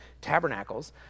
Tabernacles